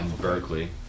Berkeley